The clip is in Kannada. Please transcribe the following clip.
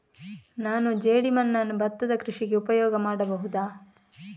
ನಾನು ಜೇಡಿಮಣ್ಣನ್ನು ಭತ್ತದ ಕೃಷಿಗೆ ಉಪಯೋಗ ಮಾಡಬಹುದಾ?